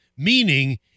Meaning